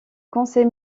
conseil